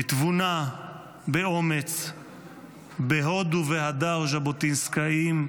בתבונה, באומץ, בהוד ובהדר ז'בוטינסקאיים,